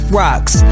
rocks